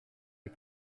est